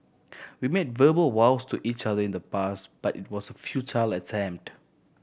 we made verbal vows to each other in the past but it was a futile attempt